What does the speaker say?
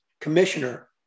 commissioner